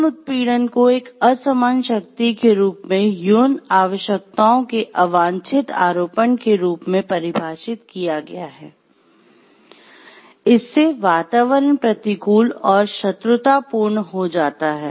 यौन उत्पीड़न को एक असमान शक्ति के रूप में यौन आवश्यकताओं के अवांछित आरोपण के रूप में परिभाषित किया गया है इससे वातावरण प्रतिकूल और शत्रुतापूर्ण हो जाता है